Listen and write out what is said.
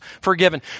forgiven